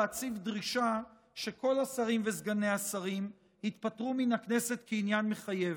להציב דרישה שכל השרים וסגני השרים יתפטרו מן הכנסת כעניין מחייב.